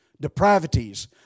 depravities